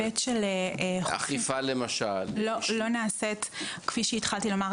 כפי שהתחלתי לומר,